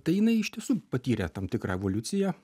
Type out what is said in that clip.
tai jinai iš tiesų patyrė tam tikrą evoliuciją